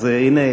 אז הנה,